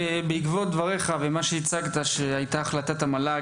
בעקבות דבריך ומה שהצגת שהייתה החלטת המל"ג